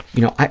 you know,